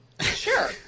sure